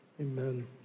Amen